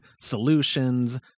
solutions